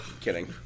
Kidding